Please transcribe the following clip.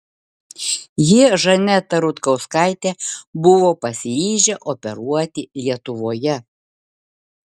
jie žanetą rutkauskaitę buvo pasiryžę operuoti lietuvoje